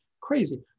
crazy